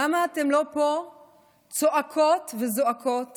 למה אתן לא פה צועקות וזועקות